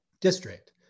district